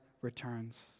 returns